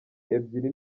ebyiri